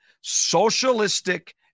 socialistic